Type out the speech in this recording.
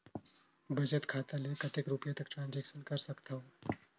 बचत खाता ले कतेक रुपिया तक ट्रांजेक्शन कर सकथव?